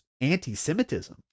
anti-Semitism